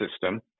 system